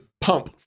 pump